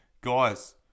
guys